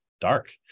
dark